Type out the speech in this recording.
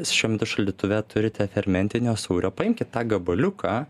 šiuo metu šaldytuve turite fermentinio sūrio paimkit tą gabaliuką